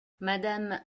madame